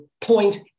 point